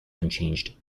unchanged